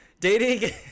dating